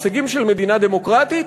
הישגים של מדינה דמוקרטית,